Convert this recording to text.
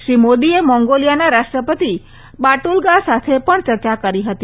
શ્રી મોદીએ મોંગોલિયાના રાષ્ટ્રપતિ બાટુલ્ગા સાથે પણ ચર્ચા કરી હતી